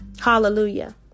Hallelujah